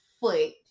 foot